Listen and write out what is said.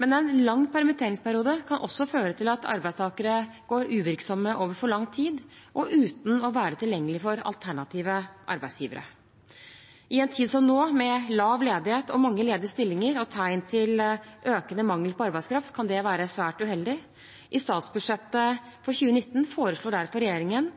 Men en lang permitteringsperiode kan også føre til at arbeidstakere går uvirksomme over for lang tid, og uten å være tilgjengelig for alternative arbeidsgivere. I en tid som nå, med lav ledighet, mange ledige stillinger og tegn til økende mangel på arbeidskraft, kan det være svært uheldig. I statsbudsjettet for 2019 foreslår derfor regjeringen